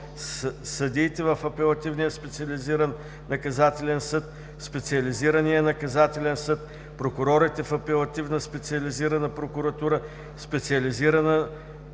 „Съдиите в Апелативния специализиран наказателен съд, Специализирания наказателен съд, прокурорите в Апелативна специализирана прокуратура, Специализирана